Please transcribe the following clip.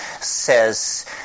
says